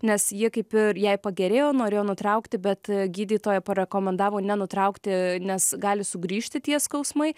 nes ji kaip ir jai pagerėjo norėjo nutraukti bet gydytoja parekomendavo nenutraukti nes gali sugrįžti tie skausmai